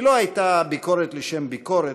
היא לא הייתה ביקורת לשם ביקורת,